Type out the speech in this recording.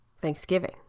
Thanksgiving